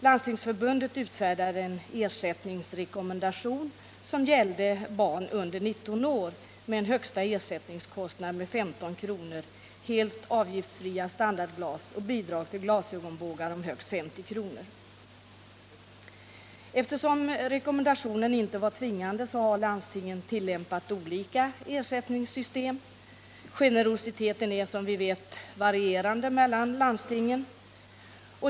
Landstingsförbundet utfärdade en ersättningsrekommendation, som gällde barn under 19 år, med en högsta ersättningskostnad om 15 kr., helt avgiftsfria standardglas och bidrag till glasögonbågar om högst 50 kr. Eftersom rekommendationen inte var tvingande har landstingen tillämpat olika ersättningssystem. Generositeten är som bekant varierande mellan landstingen.